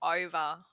over